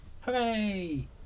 hooray